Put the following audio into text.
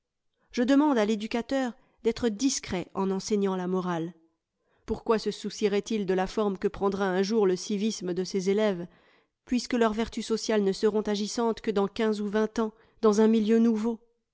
je demande à l'éducateur d'être discret en enseignant la morale pourquoi se soucierait il de la forme que prendra un jour le civisme de ses élèves puisque leurs vertus sociales ne seront agissantes que dans quinze ou vingt ans dans un milieu nouveau